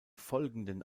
folgenden